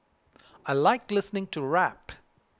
I like listening to rap